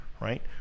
right